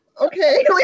okay